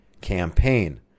campaign